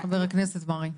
חבר הכנסת מרעי.